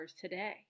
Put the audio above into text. today